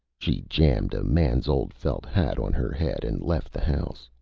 she jammed a man's old felt hat on her head and left the house.